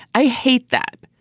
i hate that.